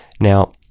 Now